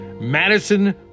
Madison